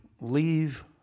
Leave